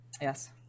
Yes